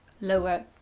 lower